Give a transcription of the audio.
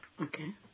Okay